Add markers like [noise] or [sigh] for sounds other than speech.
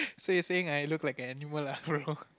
so you saying I look like an animal lah bro [laughs]